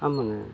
ஆமாங்க